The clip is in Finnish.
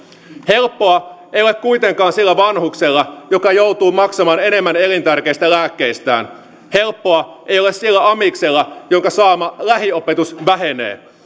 helppoa ei ole kuitenkaan sillä vanhuksella joka joutuu maksamaan enemmän elintärkeistä lääkkeistään helppoa ei ole sillä amiksella jonka saama lähiopetus vähenee